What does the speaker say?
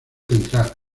central